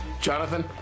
Jonathan